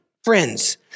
Friends